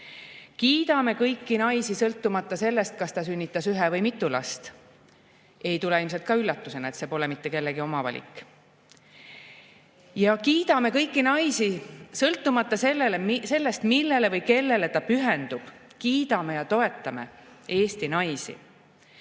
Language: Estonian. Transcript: Kiidame kõiki naisi, sõltumata sellest, kas ta sünnitas ühe või mitu last. Ei tule ilmselt ka üllatusena, et see pole mitte kellegi oma valik. Ja kiidame kõiki naisi, sõltumata sellest, millele või kellele ta pühendub. Kiidame ja toetame Eesti naisi. Eesti